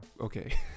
Okay